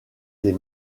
des